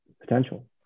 potential